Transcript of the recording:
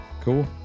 cool